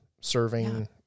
serving